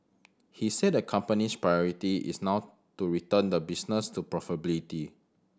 he said the company's priority is not to return the business to profitability